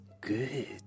good